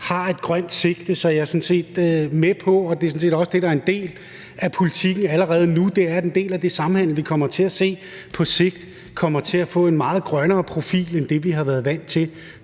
har et grønt sigte, så jeg er sådan set med på, og det er sådan set også det, der er en del af politikken allerede nu, at en del af den samhandel, vi kommer til at se på sigt, kommer til at få en meget grønnere profil end det, vi har været vant til